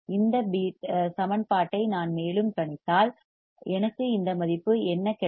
இச்சமன்பாட்டை நான் மேலும் கணித்தால் எனக்கு இந்த மதிப்பு என்ன கிடைக்கும்